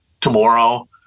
tomorrow